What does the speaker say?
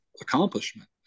accomplishment